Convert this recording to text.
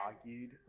argued